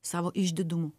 savo išdidumu